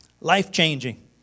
Life-changing